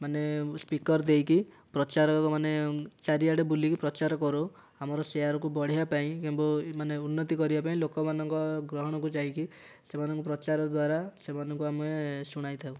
ମାନେ ସ୍ପିକର ଦେଇକି ପ୍ରଚାର ମାନେ ଚାରିଆଡ଼େ ବୁଲି କି ପ୍ରଚାର କରୁ ଆମର ସେୟାରକୁ ବଢ଼େଇବା ପାଇଁ ମାନେ ଉନ୍ନତି କରିବା ପାଇଁ ଲୋକମାନଙ୍କ ଗହଣ କୁ ଯାଇକି ସେମାନଙ୍କୁ ପ୍ରଚାର ଦ୍ୱାରା ସେମାନଙ୍କୁ ଆମେ ଶୁଣାଇ ଥାଉ